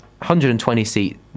120-seat